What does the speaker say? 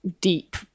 deep